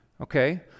Okay